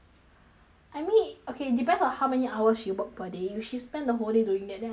I mean okay depends on how many hours you work per day you she spend the whole day during that then I think it's actually